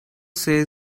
say